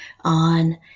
on